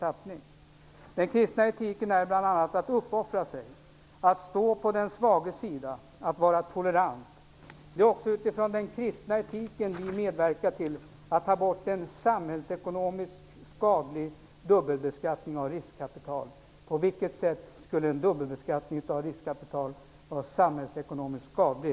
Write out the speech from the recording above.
Han skrev följande: Den kristna etiken är bl.a. att uppoffra sig, att stå på den svages sida och att vara tolerant. Det är också utifrån den kristna etiken vi medverkar till att ta bort en samhällsekonomiskt skadlig dubbelbeskattning av riskkapital. På vilket sätt skulle en dubbelbeskattning av riskkapital vara samhällsekonomiskt skadlig,